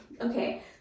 okay